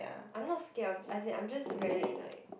I not scared of as in I just very like